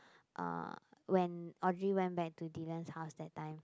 uh when Audrey went back to Dylan's house that time